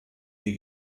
die